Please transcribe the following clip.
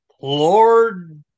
Lord